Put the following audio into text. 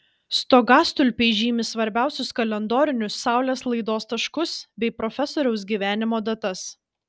stogastulpiai žymi svarbiausius kalendorinius saulės laidos taškus bei profesoriaus gyvenimo datas